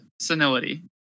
senility